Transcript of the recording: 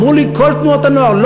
אמרו לי כל תנועות הנוער,